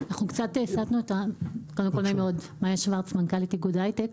נעים מאוד, מאיה שוורץ, מנכ"לית איגוד ההייטק.